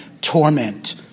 torment